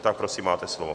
Tak prosím, máte slovo.